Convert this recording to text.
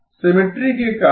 symmetry के कारण